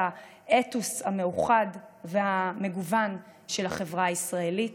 האתוס המאוחד והמגוון של החברה הישראלית.